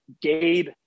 gabe